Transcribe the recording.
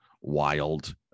wild